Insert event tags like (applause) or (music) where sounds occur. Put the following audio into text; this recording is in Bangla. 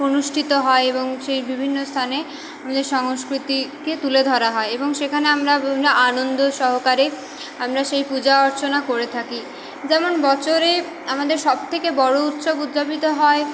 অনুষ্ঠিত হয় এবং সেই বিভিন্ন স্থানে নিজের সংস্কৃতিকে তুলে ধরা হয় এবং সেখানে আমরা (unintelligible) আনন্দ সহকারে আমরা সেই পূজা অর্চনা করে থাকি যেমন বছরে আমাদের সব থেকে বড়ো উৎসব উদযাপিত হয়